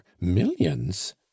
millions